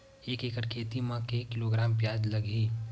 एक एकड़ खेती म के किलोग्राम प्याज लग ही?